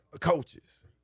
coaches